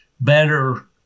better